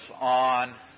on